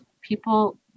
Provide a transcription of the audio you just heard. people